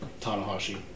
Tanahashi